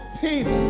peace